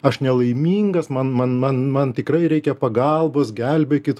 aš nelaimingas man man man man tikrai reikia pagalbos gelbėkit